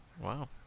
Wow